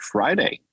Friday